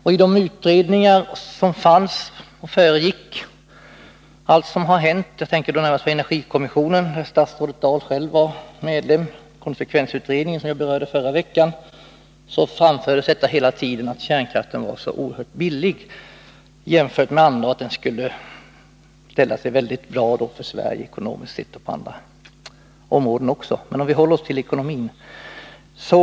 I de utredningar som har förekommit — jag tänker närmast på energikommissionen, där statsrådet Dahl själv var medlem, och på konsekvensutredningen, som jag berörde förra veckan — framfördes hela tiden argumentet att kärnkraften var så oerhört billig jämfört med andra energislag och att den ekonomiskt sett och även från andra synpunkter skulle ställa sig mycket fördelaktig för Sverige. Men vi kan hålla oss till den ekonomiska aspekten.